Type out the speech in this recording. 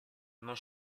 non